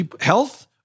health